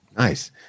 Nice